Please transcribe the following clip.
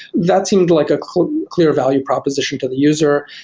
that seemed like a clear clear value proposition to the user,